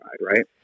right